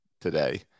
today